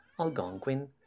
Algonquin